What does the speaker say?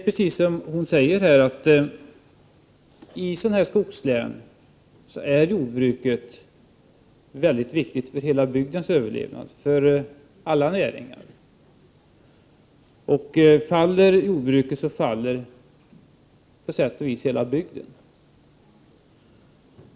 Precis som Margareta Winberg säger är jordbruket i skogslänen väldigt viktigt för hela bygdens överlevnad och för alla näringar. Faller jordbruket, faller på sätt och vis hela bygden.